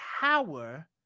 power